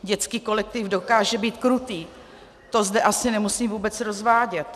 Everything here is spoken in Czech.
Dětský kolektiv dokáže být krutý, to zde asi nemusím vůbec rozvádět.